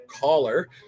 caller